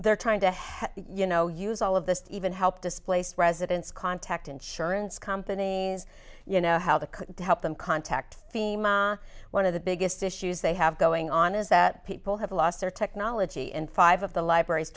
they're trying to have you know use all of this to even help displaced residents contact insurance companies you know how to help them contact thema one of the biggest issues they have going on is that people have lost their technology in five of the libraries